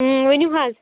ؤنِو حظ